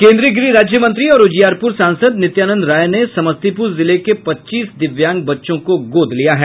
केन्द्रीय गृह राज्य मंत्री और उजियापूर सांसद नित्यानंद राय ने समस्तीपूर जिले के पच्चीस दिव्यांग बच्चों को गोद लिया है